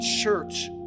church